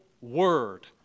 word